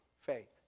faith